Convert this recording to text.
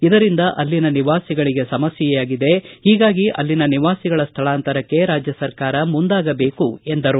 ಇದರಿಂದ ಅಲ್ಲಿನ ನಿವಾಸಿಗಳಿಗೆ ಸಮಸ್ಕೆಯಾಗಿದೆ ಹೀಗಾಗಿ ಅಲ್ಲಿನ ನಿವಾಸಿಗಳ ಸ್ಥಳಾಂತರಕ್ಕೆ ರಾಜ್ಯ ಸರ್ಕಾರ ಮುಂದಾಗಬೇಕು ಎಂದರು